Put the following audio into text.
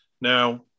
now